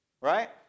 Right